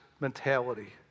mentality